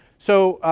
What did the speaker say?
so,